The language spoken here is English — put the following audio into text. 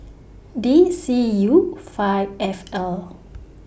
D C U five F L